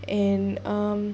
and um